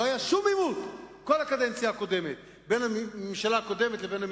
לא היה שום עימות כל הקדנציה הקודמת בין הממשלה הקודמת לבין המתיישבים.